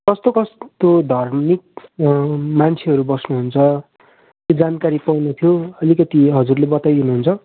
कस्तो कस्तो धार्मिक मान्छेहरू बस्नुहुन्छ त्यो जानकारी पाउनु थियो अलिकति हजुरले बताइदिनुहुन्छ